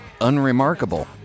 unremarkable